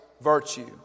virtue